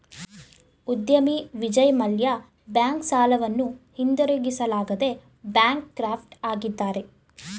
ಉದ್ಯಮಿ ವಿಜಯ್ ಮಲ್ಯ ಬ್ಯಾಂಕ್ ಸಾಲವನ್ನು ಹಿಂದಿರುಗಿಸಲಾಗದೆ ಬ್ಯಾಂಕ್ ಕ್ರಾಫ್ಟ್ ಆಗಿದ್ದಾರೆ